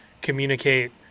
communicate